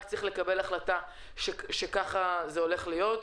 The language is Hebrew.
רק צריך לקבל החלטה שכך זה הולך להיות.